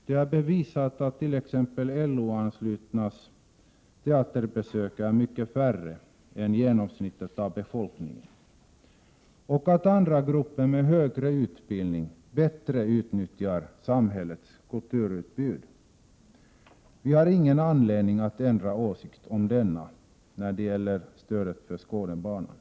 Det är bevisat att t.ex. LO-anslutna gör mycket färre teaterbesök än genomsnittet av befolkningen, och att andra grupper med högre utbildning bättre utnyttjar samhällets kulturutbud. Vi har ingen anledning att ändra åsikt när det gäller stödet för Skådebanan.